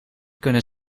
kunnen